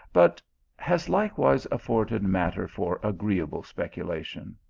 but has like wise afforded matter for agreeable speculation.